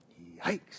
Yikes